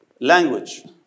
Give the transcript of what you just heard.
Language